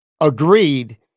Agreed